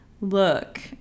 look